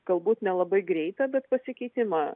galbūt nelabai greitą bet pasikeitimą